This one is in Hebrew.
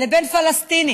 לבין פלסטיני